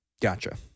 Gotcha